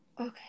Okay